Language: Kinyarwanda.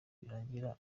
birangira